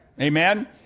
Amen